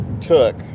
took